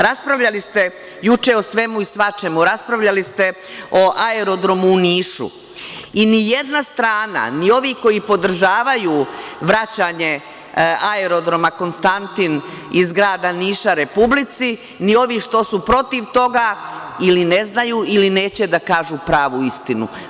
Raspravljali ste juče o svemu i svačemu, raspravljali ste o aerodromu u Nišu i nijedna strana, ni ovi koji podržavaju vraćanje Aerodroma „Konstantin“ iz grada Niša Republici, ni ovi što su protiv toga, ili ne znaju, ili neće da kažu pravu istinu.